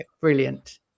Brilliant